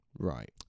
Right